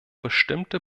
bestimmte